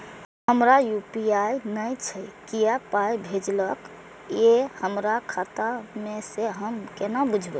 हमरा यू.पी.आई नय छै कियो पाय भेजलक यै हमरा खाता मे से हम केना बुझबै?